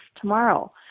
tomorrow